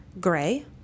gray